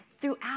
Throughout